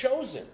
chosen